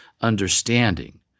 understanding